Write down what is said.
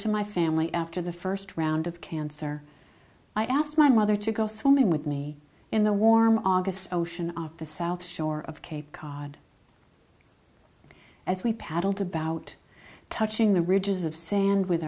to my family after the first round of cancer i asked my mother to go swimming with me in the warm august ocean of the south shore of cape cod as we paddled about touching the ridges of sand with